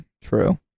True